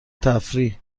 تفریح